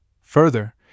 Further